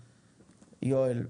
יואל.